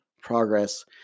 progress